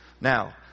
now